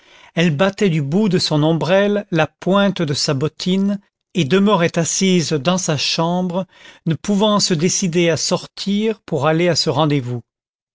elle battait du bout de son ombrelle la pointe de sa bottine et demeurait assise dans sa chambre ne pouvant se décider à sortir pour aller à ce rendez-vous